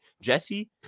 jesse